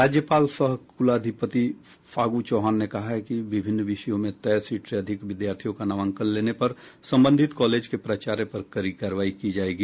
राज्यपाल सह कुलाधिपति फागू चौहान ने कहा है कि विभिन्न विषयों में तय सीट से अधिक विद्यार्थियों का नामांकन लेने पर संबंधित कॉलेज के प्राचार्य पर कड़ी कार्रवाई की जायेगी